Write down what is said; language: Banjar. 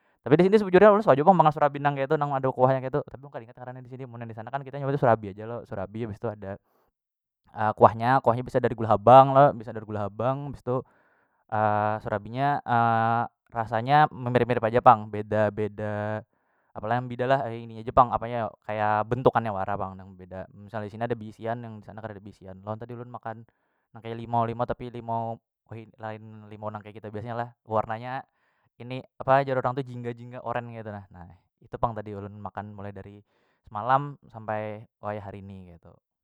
Tapi disini sebujurnya ulun suah jua pang makan serabi nang keitu nang ada kuahnya ketu tapi aku kada ingat ngarannya disini mun disanakan kita nyebutnya serabi aja lo serabi bistu ada kuahnya- kuahnya biasa dari gula habang lo bisa dari gula habang bistu serabinya rasanya mirip- mirip aja pang beda- beda apalah yang bida lah ini aja pang apa nya yo kaya bentukannya wara pang nang beda misal disini ada beisian nang disana karida beisian loh ulun makan nang kaya limau- limau tapi limau lain limau nang kaya kita biasanya lah warnanya ini apa jar urang tu jinga- jinga oren ketu na, nah itu pang ulun makan mulai dari semalam sampai wayah hari ini ketu.